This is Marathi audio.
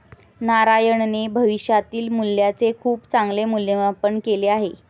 नारायणने भविष्यातील मूल्याचे खूप चांगले मूल्यमापन केले